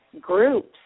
groups